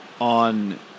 on